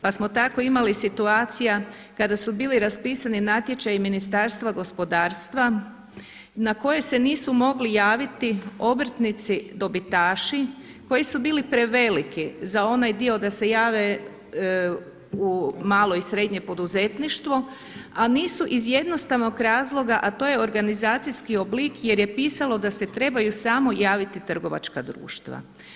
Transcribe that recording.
Pa smo tako imali situacija kada su bili raspisani natječaji Ministarstva gospodarstva na koje se nisu mogli javiti obrtnici dobitaši koji su bili preveliki za onaj dio da se jave u malo i srednje poduzetništvo, a nisu iz jednostavnog razloga, a to je organizacijski oblik jer je pisalo da se trebaju samo javiti trgovačka društva.